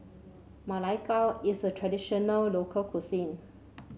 Ma Lai Gao is a traditional local cuisine